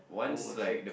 oh I see